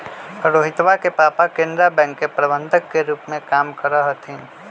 रोहितवा के पापा केनरा बैंक के प्रबंधक के रूप में काम करा हथिन